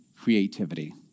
creativity